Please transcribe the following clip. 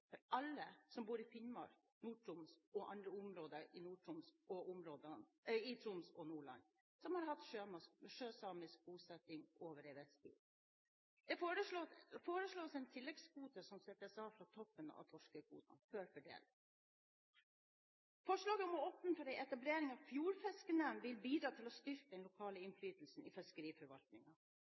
alle som bor i Finnmark, Nord-Troms og områder i Troms og Nordland som har hatt sjøsamisk bosetting over en viss tid. Det foreslås en tilleggskvote som settes av fra toppen av torskekvoten, før fordeling. Forslaget om å åpne for etablering av ei fjordfiskenemnd vil bidra til å styrke den lokale innflytelsen i